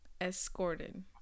escorted